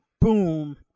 boom